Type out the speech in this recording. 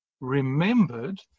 remembered